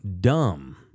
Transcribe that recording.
dumb